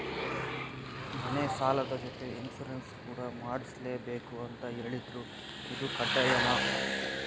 ಮನೆ ಸಾಲದ ಜೊತೆಗೆ ಇನ್ಸುರೆನ್ಸ್ ಕೂಡ ಮಾಡ್ಸಲೇಬೇಕು ಅಂತ ಹೇಳಿದ್ರು ಇದು ಕಡ್ಡಾಯನಾ?